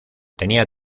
tenía